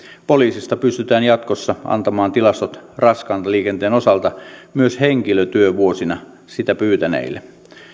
poliisista pystytään jatkossa antamaan tilastot raskaan liikenteen osalta myös henkilötyövuosina sitä pyytäneille